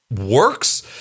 works